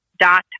dot